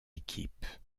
équipe